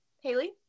Haley